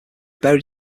buried